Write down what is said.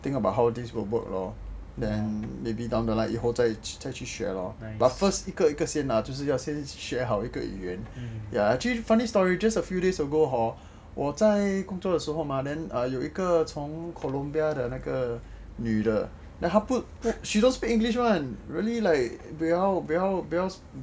think about how this will work lor then maybe down the line 以后再去学咯 but first 一个一个先啊就是先学一个语言 ya actually funny story just a few days ago hor 我在工作的时候 then 有一个从 columbia 的那个女的 then she don't speak english [one] really buay hiao